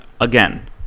Again